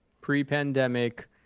pre-pandemic